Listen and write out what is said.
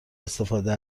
استفاده